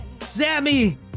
Sammy